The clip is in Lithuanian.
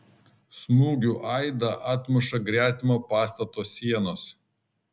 smūgių aidą atmuša gretimo pastato sienos